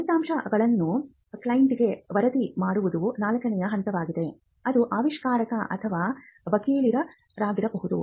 ಫಲಿತಾಂಶಗಳನ್ನು ಕ್ಲೈಂಟ್ಗೆ ವರದಿ ಮಾಡುವುದು ನಾಲ್ಕನೇ ಹಂತವಾಗಿದೆ ಅದು ಆವಿಷ್ಕಾರಕ ಅಥವಾ ವಕೀಲರಾಗಿರಬಹುದು